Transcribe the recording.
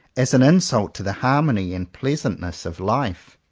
as an insult to the harmony and pleasantness of life.